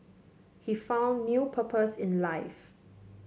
he found new purpose in life